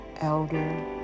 Elder